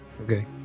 Okay